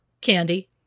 Candy